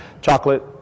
chocolate